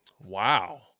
Wow